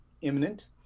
imminent